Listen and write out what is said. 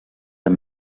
amb